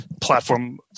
platform